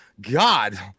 God